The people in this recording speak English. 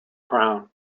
crown